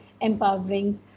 empowering